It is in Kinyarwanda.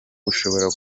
ushobora